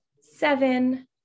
seven